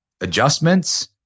adjustments